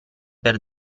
per